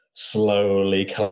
slowly